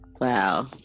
wow